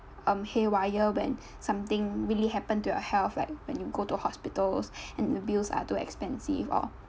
um haywire when something really happen to your health like when you go to hospitals and the bills are too expensive or